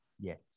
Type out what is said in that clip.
yes